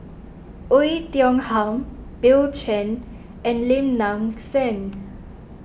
Oei Tiong Ham Bill Chen and Lim Nang Seng